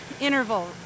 interval